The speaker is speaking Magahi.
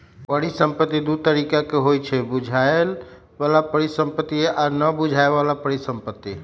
परिसंपत्ति दु तरिका के होइ छइ बुझाय बला परिसंपत्ति आ न बुझाए बला परिसंपत्ति